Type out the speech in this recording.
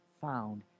found